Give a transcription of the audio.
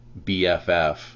BFF